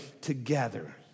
together